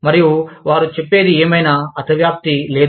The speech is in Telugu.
మరియు వారు చెప్పేది ఏమైనా అతివ్యాప్తి లేదు